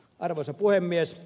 arvoisa puhemies